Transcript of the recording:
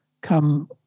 come